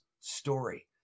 story